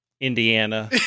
Indiana